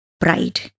pride